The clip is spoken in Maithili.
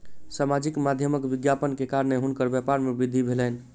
सामाजिक माध्यमक विज्ञापन के कारणेँ हुनकर व्यापार में वृद्धि भेलैन